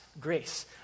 grace